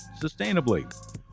sustainably